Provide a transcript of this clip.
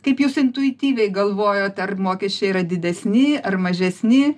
kaip jūs intuityviai galvojot ar mokesčiai yra didesni ar mažesni